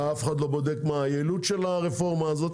ואף אחד לא יבדוק מה היעילות של הרפורמה הזו.